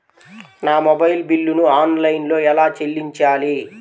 నా మొబైల్ బిల్లును ఆన్లైన్లో ఎలా చెల్లించాలి?